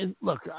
look